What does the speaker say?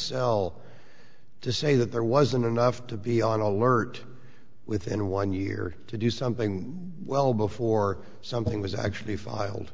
sell to say that there wasn't enough to be on alert within a one year to do something well before something was actually filed